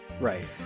right